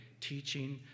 teaching